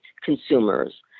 consumers